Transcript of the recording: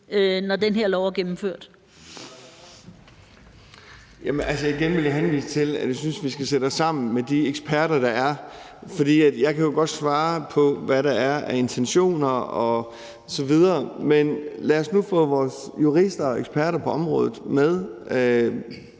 (Thomas Danielsen): Jamen altså, igen vil jeg henvise til, at jeg synes, vi skal sætte os sammen med de eksperter, der er, for jeg kan jo godt svare på, hvad der er af intentioner osv., men lad os nu få vores jurister og eksperter på området med